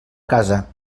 casa